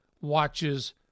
watches